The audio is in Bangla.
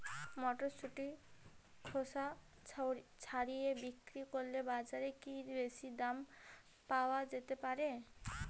মটরশুটির খোসা ছাড়িয়ে বিক্রি করলে বাজারে কী বেশী দাম পাওয়া যেতে পারে?